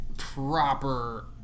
proper